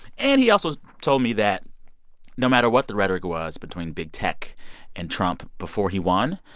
and he also told me that no matter what the rhetoric was between big tech and trump before he won,